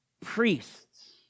priests